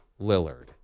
Lillard